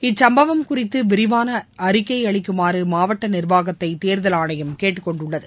இச்சுப்பவம் குறித்து விரிவாள அறிக்கை அளிக்குமாறு மாவட்ட நிர்வாகத்தை தேர்தல் ஆணையம் கேட்டுக்கொண்டுள்ளது